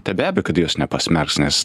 tai be abejo kad jos nepasmerks nes